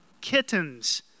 kittens